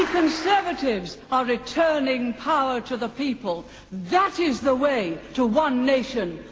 conservatives are returning power to the people. that is the way to one nation,